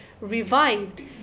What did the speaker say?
revived